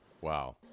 wow